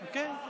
כן.